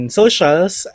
socials